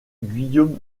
guillaume